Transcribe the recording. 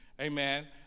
Amen